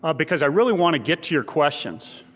ah because i really wanna get to your questions.